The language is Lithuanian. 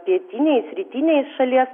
pietiniais rytiniais šalies